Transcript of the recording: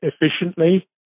efficiently